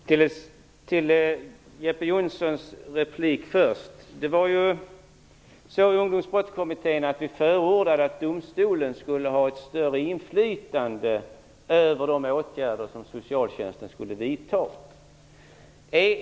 Herr talman! Först skall jag kommentera Jeppe Johnssons replik. I Ungdomsbrottskommittén förordade vi att domstolen skulle ha ett större inflytande över de åtgärder socialtjänsten skulle vidta.